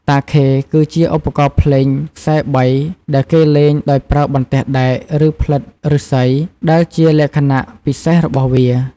តាខេ គឺជាឧបករណ៍ភ្លេងខ្សែបីដែលគេលេងដោយប្រើបន្ទះដែក ឬផ្លិតឫស្សី ដែលជាលក្ខណៈពិសេសរបស់វា។